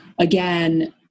again